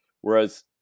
whereas